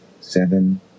Seven